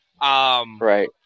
Right